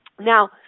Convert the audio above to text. Now